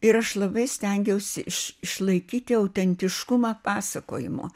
ir aš labai stengiausi iš išlaikyti autentiškumą pasakojimo